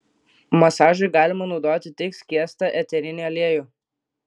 masažui galima naudoti tik skiestą eterinį aliejų